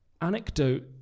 anecdote